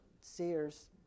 Sears